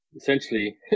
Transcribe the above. essentially